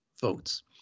votes